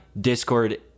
Discord